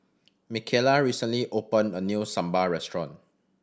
Michaela recently opened a new sambal restaurant